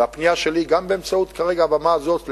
הפנייה שלי היא גם באמצעות הבמה הזאת כרגע,